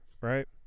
Right